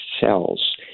cells